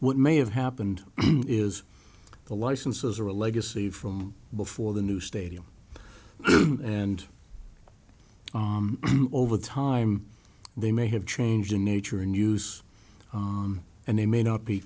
what may have happened is the licenses are a legacy from before the new stadium and over time they may have changed in nature and use and they may not be